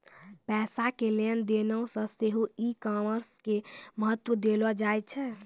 पैसा के लेन देनो मे सेहो ई कामर्स के महत्त्व देलो जाय छै